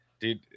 Dude